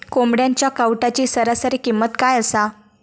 कोंबड्यांच्या कावटाची सरासरी किंमत काय असा?